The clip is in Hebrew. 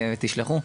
תשלחו.